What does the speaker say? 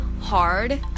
hard